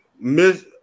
miss